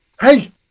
Hey